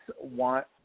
want